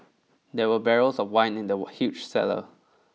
there were barrels of wine in the huge cellar